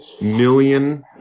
million